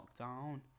lockdown